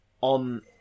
on